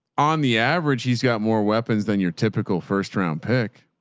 on the average, he's got more weapons than your typical first round pick.